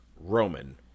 Roman